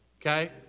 okay